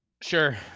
Sure